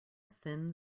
thin